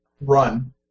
run